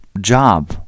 job